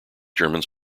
germans